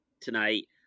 tonight